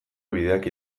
bideak